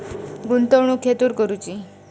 गुंतवणुक खेतुर करूची?